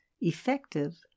Effective